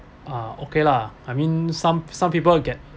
ah okay lah I mean some some people get